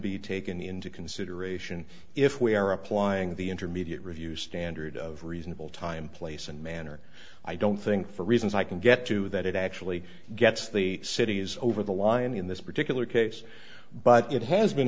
be taken into consideration if we are applying the intermediate review standard of reasonable time place and manner i don't think for reasons i can get to that it actually gets the city is over the line in this particular case but it has been